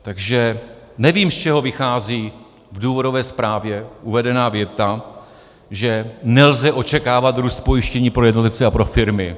Takže nevím, z čeho vychází v důvodové zprávě uvedená věta, že nelze očekávat růst pojištění pro jednotlivce a pro firmy.